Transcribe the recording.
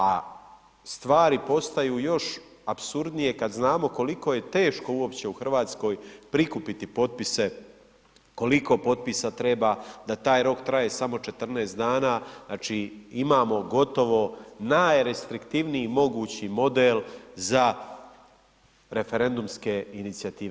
A stvari postaju još apsurdnije kad znamo koliko je teško uopće u Hrvatskoj prikupiti potpise, koliko potpisa treba, da taj rok traje samo 14 dana, znači imamo gotovo najrestriktivniji mogući model za referendumske inicijative.